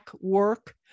work